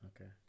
okay